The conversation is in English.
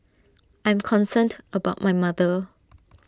I'm concerned about my mother